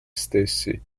stessi